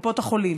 בקופות החולים,